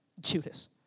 Judas